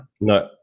No